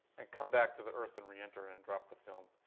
and come back to the earth and reenter and drop the film.